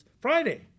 Friday